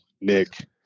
Nick